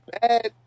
bad